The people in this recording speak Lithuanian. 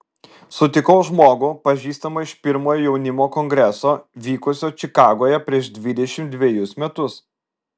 sutikau žmogų pažįstamą iš pirmojo jaunimo kongreso vykusio čikagoje prieš dvidešimt dvejus metus